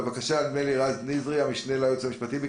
בבקשה, רז נזרי, המשנה ליועץ המשפטי.